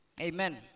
Amen